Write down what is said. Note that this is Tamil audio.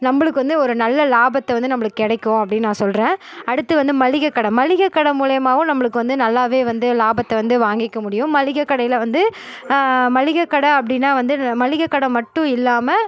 நம்பளுக்கு வந்து ஒரு நல்ல லாபத்தை வந்து நம்பளுக் கிடைக்கும் அப்படின் நான் சொல்கிறேன் அடுத்து வந்து மளிகை கடை மளிகை கடை மூலையுமாகவும் நம்பளுக்கு வந்து நல்லாவே வந்து லாபத்தை வந்து வாங்கிக்க முடியும் மளிகை கடையில் வந்து மளிகை கடை அப்படின்னா வந்து மளிகை கடை மட்டும் இல்லாம